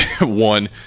one